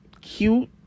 cute